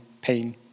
pain